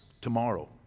tomorrow